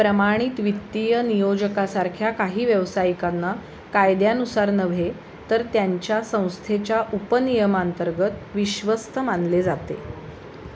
प्रमाणित वित्तीय नियोजकासारख्या काही व्यावसायिकांना कायद्यानुसार नव्हे तर त्यांच्या संस्थेच्या उपनियमांतर्गत विश्वस्त मानले जाते